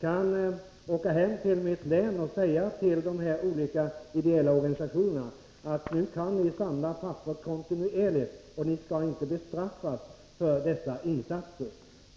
kan åka hem till mitt län och säga till de ideella organisationerna att de kan samla papper kontinuerligt och att de inte skall bestraffas för sina insatser.